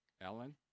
Ellen